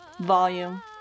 volume